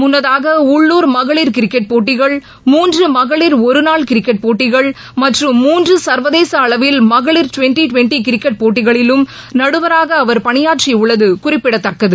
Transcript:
முன்னதாக உள்ளூர் மகளிர் கிரிக்கெட் போட்டிகள் மூன்று மகளிர் ஒருநாள் கிரிக்கெட் போட்டிகள் மற்றும் மூன்று சர்வதேச அளவில் மகளிர் டுவெண்டி டுவெண்டி கிரிக்கெட் போட்டிகளிலும் நடுவராக அவர் பணியாற்றி உள்ளது குறிப்பிடத்தக்கது